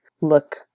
look